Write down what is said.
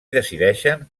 decideixen